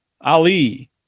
Ali